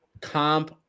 comp